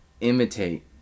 imitate